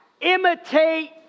imitate